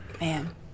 Man